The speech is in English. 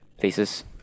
places